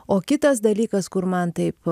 o kitas dalykas kur man taip